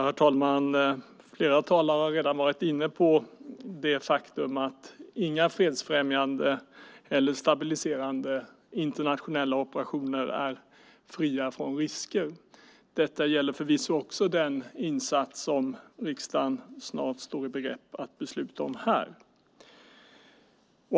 Herr talman! Flera talare har redan varit inne på det faktum att inga fredsfrämjande eller stabiliserande internationella operationer är fria från risker. Detta gäller förvisso också den insats som riksdagen snart står i begrepp att besluta om.